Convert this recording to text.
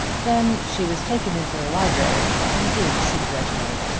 then she was taken into the library and did see reginald.